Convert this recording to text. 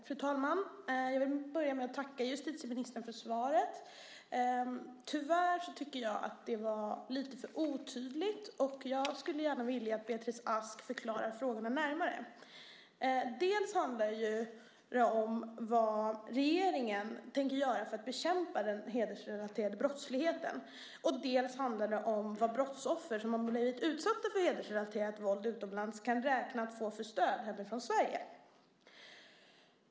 Fru talman! Jag vill börja med att tacka justitieministern för svaret. Tyvärr tycker jag att det var lite för otydligt. Jag skulle gärna vilja att Beatrice Ask förklarar detta närmare. Det handlar dels om vad regeringen tänker göra för att bekämpa den hedersrelaterade brottsligheten, dels om vad brottsoffer som har blivit utsatta för hedersrelaterat våld utomlands kan räkna med att få för stöd från Sverige.